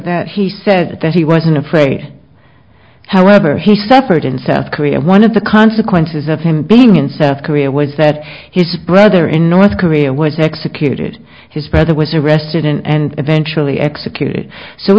that he said that he wasn't afraid however he suffered in south korea one of the consequences of him being in south korea was that his brother in north korea was executed his brother was arrested and eventually executed so